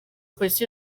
polisi